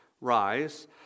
rise